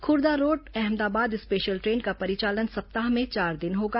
Khurda Road Ahmedabad special train का परिचालन सप्ताह में चार दिन होगा